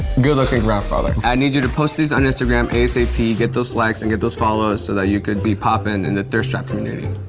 good looking grandfather. i need you to post this on instagram asap. get those likes and get those follows so that you can be poppin' in the thirst trap community.